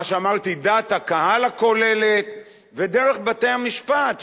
מה שאמרתי דעת הקהל הכוללת ודרך בתי-המשפט,